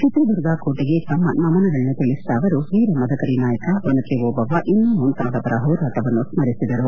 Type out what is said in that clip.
ಚಿತ್ರದುರ್ಗ ಕೋಟಿಗೆ ತಮ್ಮ ನಮನಗಳನ್ನು ತಿಳಿಸಿದ ಅವರು ವೀರ ಮದಕರಿ ನಾಯಕ ಒನಕೆ ಓಬವ್ವ ಇನ್ನು ಮುಂತಾದವರ ಹೋರಾಟವನ್ನು ಸ್ಪರಿಸಿದರು